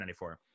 1994